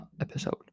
episode